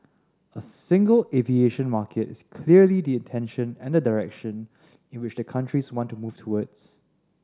a single aviation market is clearly the intention and the direction in which the countries want to move towards